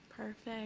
Perfect